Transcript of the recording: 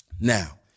Now